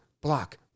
block